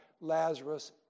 Lazarus